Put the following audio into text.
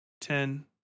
ten